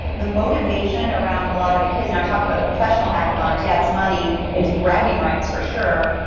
the motivation around a lot of the kids now, i talked about the professional hackathoners. yeah, it's money, it's bragging rights for sure.